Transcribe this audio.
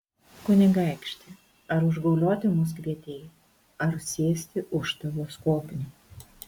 kunigaikšti ar užgaulioti mus kvietei ar sėsti už tavo skobnių